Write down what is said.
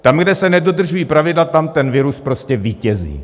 Tam, kde se nedodržují pravidla, tam ten virus prostě vítězí.